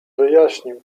wyjaśnił